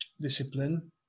discipline